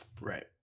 Right